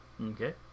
Okay